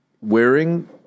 wearing